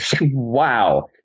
wow